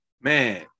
man